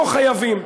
לא חייבים.